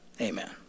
Amen